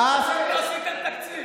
אף, לא עשיתם תקציב.